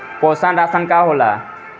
पोषण राशन का होला?